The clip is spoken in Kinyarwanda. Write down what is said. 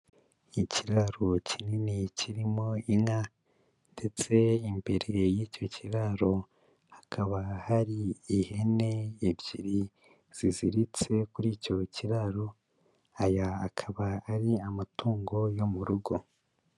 Ikiraro kinini kirimo inka ndetse imbere y'icyo kiraro, hakaba hari ihene ebyiri, ziziritse kuri icyo kiraro, aya akaba ari amatungo yo mu rugo.